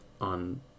on